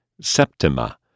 Septima